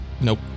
Nope